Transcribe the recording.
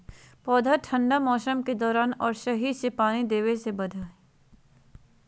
पौधा ठंढा मौसम के दौरान और सही से पानी देबे से बढ़य हइ